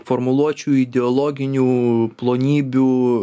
formuluočių ideologinių plonybių